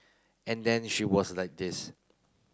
and then she was like this